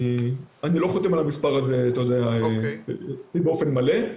אני לא חותם על המספר הזה באופן מלא,